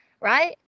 right